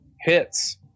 hits